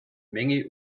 menge